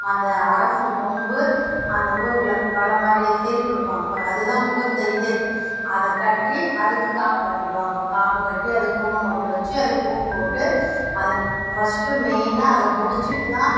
அந்த அரசன் கொம்பு அந்த ஊரில் வலை மாதிரி செய்து கொடுப்பாங்க பாரு அதுதான் முகூர்த்த இதே அதை கட்டி அதுக்கு காப்பு கட்டிடுவாங்க காப்பு கட்டி அதுக்கு குங்கும பொட்டு வச்சு அதுக்கு பூ போட்டு அதை பஸ்ட்டு மெயினாக அதை முடிச்சுட்டு தான்